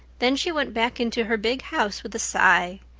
then she went back into her big house with a sigh.